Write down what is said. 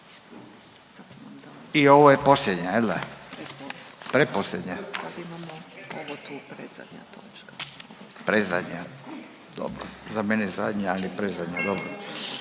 I ovo je posljednja jel da? Pretposljednja. Predzadnja, dobro. Za mene zadnja ali predzadnja dobro.